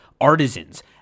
artisans